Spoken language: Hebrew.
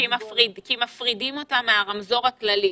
כי מפרידים אותה מהרמזור הכללי.